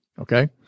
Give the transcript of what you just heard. Okay